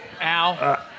Al